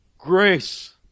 Grace